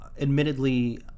admittedly